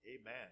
Amen